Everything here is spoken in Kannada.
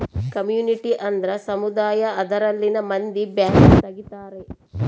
ಕಮ್ಯುನಿಟಿ ಅಂದ್ರ ಸಮುದಾಯ ಅದರಲ್ಲಿನ ಮಂದಿ ಬ್ಯಾಂಕ್ ತಗಿತಾರೆ